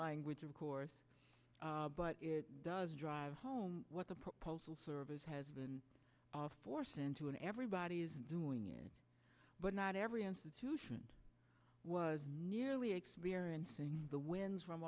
language of course but it does drive home what the proposal service has been forced into and everybody is doing it but not every institution was nearly experiencing the winds from